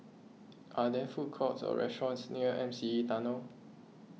are there food courts or restaurants near M C E Tunnel